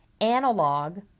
Analog